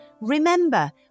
Remember